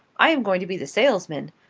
i am going to be the salesman.